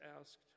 asked